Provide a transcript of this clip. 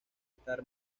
estar